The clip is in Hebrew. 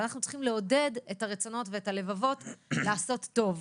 ואנחנו צריכים לעודד את הרצונות ואת הלבבות לעשות טוב.